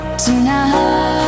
tonight